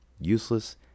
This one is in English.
useless